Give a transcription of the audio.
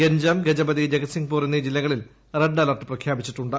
Ganjam Gajapati Jagatsinghpur എന്നീ ജില്ലകളിൽ red alert പ്രഖ്യാപിച്ചിട്ടുണ്ട്